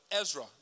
Ezra